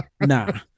Nah